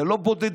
זה לא בודדים.